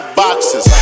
boxes